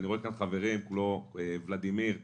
אני רואה כאן חברים כמו ולדימיר בליאק,